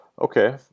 Okay